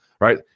right